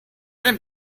den